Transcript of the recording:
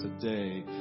today